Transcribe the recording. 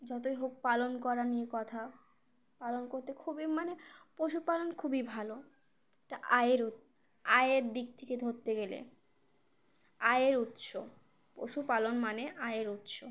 যতই হোক পালন করা নিয়ে কথা পালন করতে খুবই মানে পশুপালন খুবই ভালো তা আয়ের আয়ের দিক থেকে ধরতে গেলে আয়ের উৎস পশুপালন মানে আয়ের উৎস